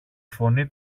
φωνή